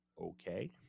Okay